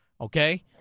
okay